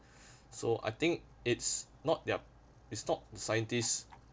so I think it's not their it's not scientists'